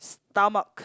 stomach